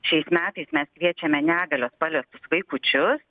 šiais metais mes kviečiame negalios paliestus vaikučius